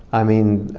i mean,